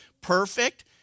perfect